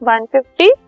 150